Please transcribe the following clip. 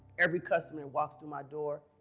every customer walks through my door.